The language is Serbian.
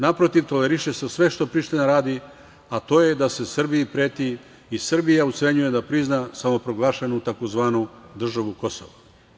Naprotiv, toleriše se sve što Priština radi, a to je da se Srbiji preti i Srbija ucenjuje da prizna samoproglašenu tzv. državu Kosovo.